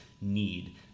need